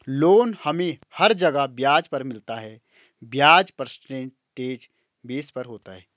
loan हमे हर जगह ब्याज पर मिलता है ब्याज परसेंटेज बेस पर होता है